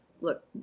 look